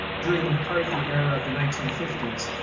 during the mccarthy era of the nineteen fifty s,